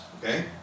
okay